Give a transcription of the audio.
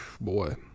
boy